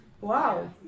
Wow